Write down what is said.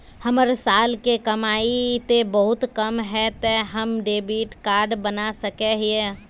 हमर साल के कमाई ते बहुत कम है ते हम डेबिट कार्ड बना सके हिये?